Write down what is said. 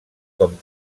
com